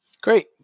Great